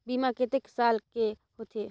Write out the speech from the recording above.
बीमा कतेक साल के होथे?